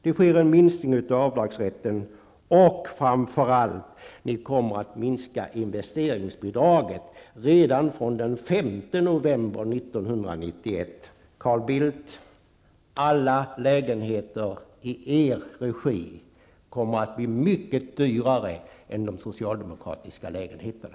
Det sker en minskning av avdragsrätten, och framför allt: ni kommer att minska investeringsbidragen med verkan redan från den 5 november 1991. Carl Bildt! Alla lägenheter i er regi kommer att bli mycket dyrare än under den socialdemokratiska regimen.